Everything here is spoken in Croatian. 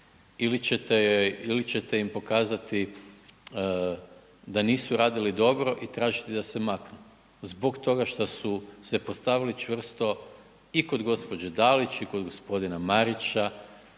ili ćete im pokazati da nisu radili dobro i tražiti da se maknu zbog toga što su se postavili čvrsto i kod gospođe Dalić i kog gospodina Marića